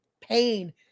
pain